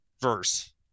verse